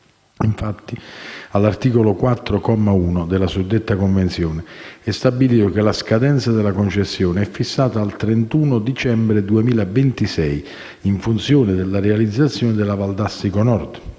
Infatti, all'articolo 4, comma 1, della suddetta convenzione è stabilito che la scadenza della concessione è fissata al 31 dicembre 2026, in funzione della realizzazione della Valdastico Nord.